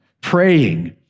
praying